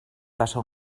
passa